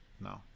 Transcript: No